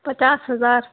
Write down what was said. پچاس ہزار